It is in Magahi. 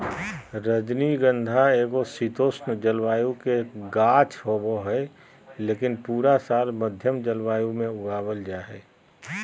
रजनीगंधा एगो शीतोष्ण जलवायु के गाछ होबा हय, लेकिन पूरा साल मध्यम जलवायु मे उगावल जा हय